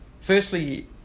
firstly